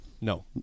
No